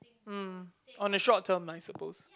um on a short term lah I supposed